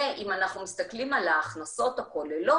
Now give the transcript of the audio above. ואם אנחנו מסתכלים על ההכנסות הכוללות